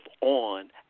on